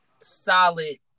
solid